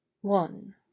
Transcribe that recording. one